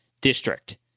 district